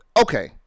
okay